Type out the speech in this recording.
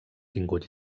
tingut